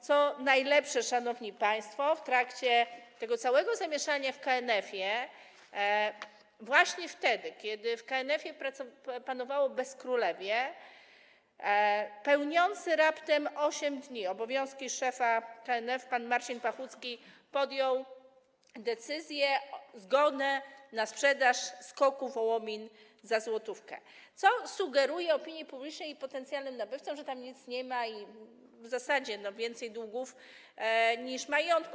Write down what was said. Co najlepsze, szanowni państwo, w trakcie tego całego zamieszania w KNF, właśnie wtedy, kiedy w KNF panowało bezkrólewie, pełniący raptem 8 dni obowiązki szefa KNF pan Marcin Pachucki podjął decyzję, wydał zgodę na sprzedaż SKOK-u Wołomin za złotówkę, co sugeruje opinii publicznej i potencjalnym nabywcom, że tam nic nie ma, w zasadzie więcej długów niż majątku.